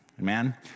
Amen